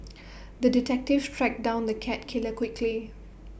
the detective tracked down the cat killer quickly